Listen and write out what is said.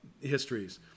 histories